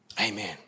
Amen